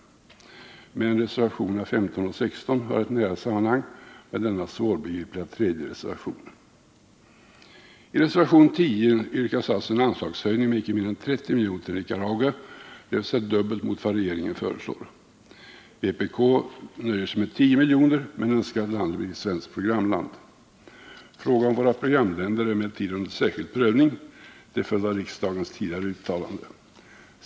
Men reservationerna 15 och 16 har ett nära samband med denna svårbegripliga tredje reservation. I reservation 10 yrkas alltså en anslagshöjning med inte mindre än 30 milj.kr. till Nicaragua, dvs. dubbelt mot vad regeringen föreslår. Vpk nöjer sig med 10 milj.kr. men önskar att landet blir ett svenskt programland. Frågan om våra programländer är emellertid under särskild prövning till följd av riksdagens tidigare uttalanden.